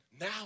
now